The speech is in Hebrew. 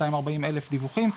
240,000 דיווחים,